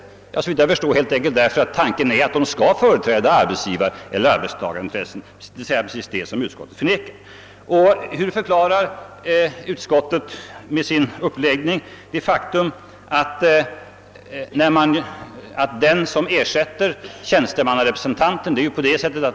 Såvitt jag förstår är det helt enkelt därför att tanken är att de skall företräda arbetsgivareller arbetstagarintressen, d.v.s. precis det som utskottet förnekar.